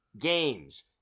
games